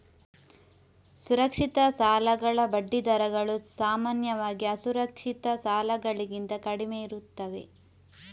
ಸುರಕ್ಷಿತ ಸಾಲಗಳ ಬಡ್ಡಿ ದರಗಳು ಸಾಮಾನ್ಯವಾಗಿ ಅಸುರಕ್ಷಿತ ಸಾಲಗಳಿಗಿಂತ ಕಡಿಮೆಯಿರುತ್ತವೆ